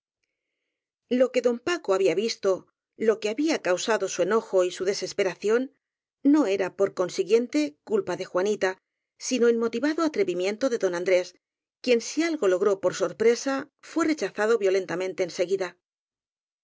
lo que don paco había visto lo que había causado su enojo y su desesperación no era por consiguiente culpa de juanita sino inmotivado atrevimiento de don andrés quien si algo logró por sorpresa fué rechazado violentamente